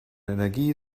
energie